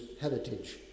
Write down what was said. heritage